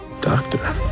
Doctor